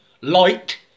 light